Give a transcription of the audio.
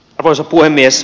arvoisa puhemies